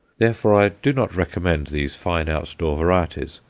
therefore i do not recommend these fine outdoor varieties,